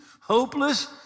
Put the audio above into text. hopeless